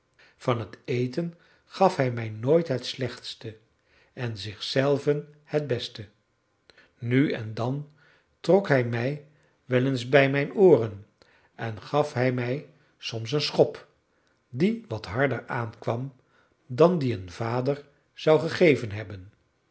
van het eten gaf hij mij nooit het slechtste en zich zelven het beste nu en dan trok hij mij wel eens bij mijn ooren en gaf hij mij soms een schop die wat harder aankwam dan die een vader zou gegeven hebben